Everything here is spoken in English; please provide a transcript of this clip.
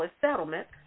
settlement